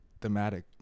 thematic